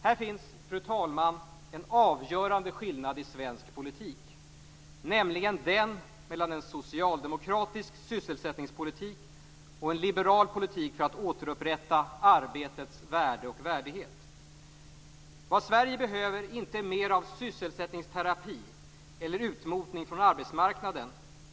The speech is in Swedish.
Här finns en avgörande skillnad i svensk politik, nämligen den mellan en socialdemokratisk sysselsättningspolitik och en liberal politik för att återupprätta arbetets värde och värdighet. Vad Sverige behöver är inte mer av sysselsättningterapi eller utmotning från arbetsmarknaden.